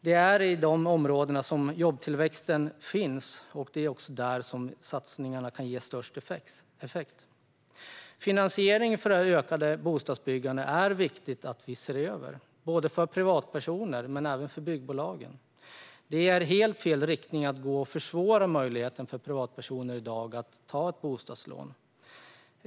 Det är i dessa områden som jobbtillväxten finns. Det är också där som satsningarna kan ge störst effekt. Det är viktigt att vi ser över finansieringen av det ökade bostadsbyggandet både för privatpersoner och för byggbolagen. Det är att gå i helt fel riktning att försvåra möjligheten för privatpersoner att ta ett bostadslån.